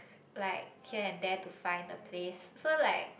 like here and there to find the place so like